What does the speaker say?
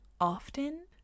often